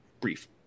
brief